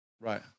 Right